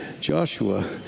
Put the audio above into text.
joshua